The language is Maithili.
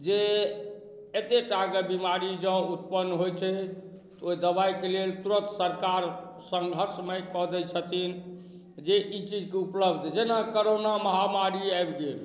जे एतेटाके बेमारी जँ उत्पन होइ छै ओहि दवाइके लेल तुरन्त सरकार सन्घर्षमय कऽ दै छथिन जे ई चीजके उपलब्ध जेना कोरोना महामारी आबि गेल